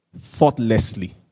thoughtlessly